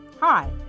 Hi